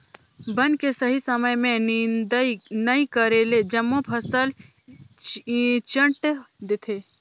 बन के सही समय में निदंई नई करेले जम्मो फसल ईचंट देथे